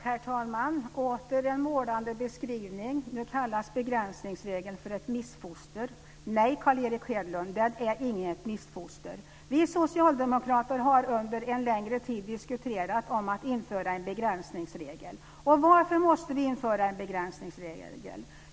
Herr talman! Vi fick åter en målande beskrivning. Nu kallas begränsningsregeln för ett missfoster. Nej, Carl Erik Hedlund, den är inget missfoster! Vi socialdemokrater har under en längre tid diskuterat att införa en begränsningsregel. Varför måste vi införa en sådan?